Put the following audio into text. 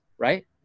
Right